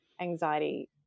anxiety